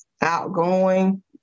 outgoing